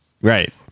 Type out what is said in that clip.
Right